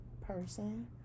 person